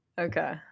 Okay